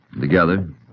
Together